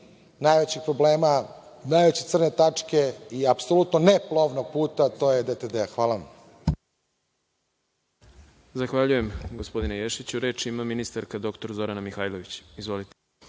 najvećeg problema, najveće crne tačke i apsolutno ne plovnog puta DTD. Hvala